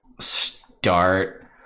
start